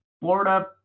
Florida